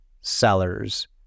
sellers